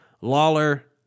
Lawler